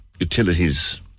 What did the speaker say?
utilities